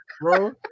bro